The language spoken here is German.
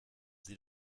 sie